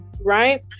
right